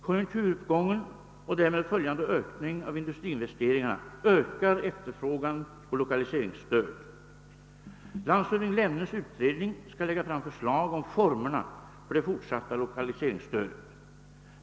Konjunkturuppgången och därmed följande ökning av industriinvesteringarna ökar efterfrågan på lokaliseringsstöd. Landshövding Lemnes utredning skall lägga fram förslag om formerna för det fortsatta lokaliseringsstödet.